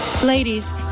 Ladies